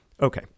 Okay